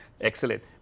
Excellent